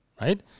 right